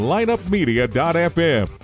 LineUpMedia.fm